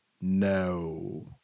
No